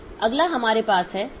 अगला हमारे पास है